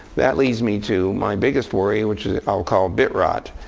that leads me to my biggest worry, which i'll call bit rot.